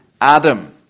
Adam